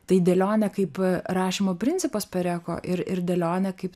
tai dėlionė kaip rašymo principas pereko ir ir dėlionė kaip